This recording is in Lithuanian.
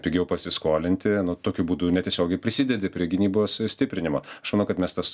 pigiau pasiskolinti nu tokiu būdu netiesiogiai prisidedi prie gynybos stiprinimo aš manau kad mes tas